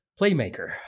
playmaker